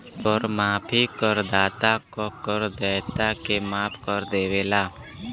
कर माफी करदाता क कर देयता के माफ कर देवला